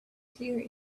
clear